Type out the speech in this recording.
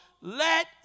let